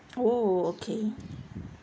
oh okay